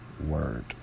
Word